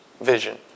vision